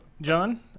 John